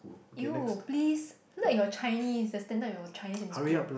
ewww please look at your Chinese the standard of your Chinese in school